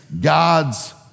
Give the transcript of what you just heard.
God's